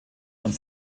und